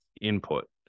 input